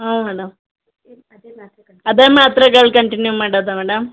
ಹ್ಞೂ ಮೇಡಮ್ ಅದೇ ಮಾತ್ರೆಗಳು ಕಂಟಿನ್ಯೂ ಮಾಡೋದಾ ಮೇಡಮ್